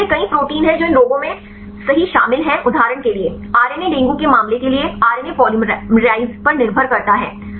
तो जैसे कई प्रोटीन हैं जो इन रोगों में सही शामिल हैं उदाहरण के लिए आरएनए डेंगू के मामले के लिए आरएनए पॉलीमराइज़ पर निर्भर करता है